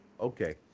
Okay